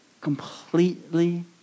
completely